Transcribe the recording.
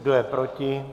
Kdo je proti?